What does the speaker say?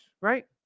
right